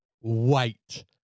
wait